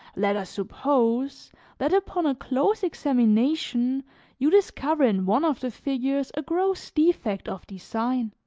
let us suppose that upon a close examination you discover in one of the figures a gross defect of design,